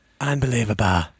Unbelievable